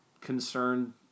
concerned